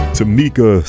Tamika